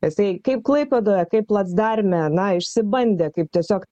jisai kaip klaipėdoje kaip placdarme na išsibandė kaip tiesiog